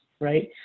right